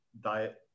diet